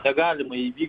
negalima įvykdyti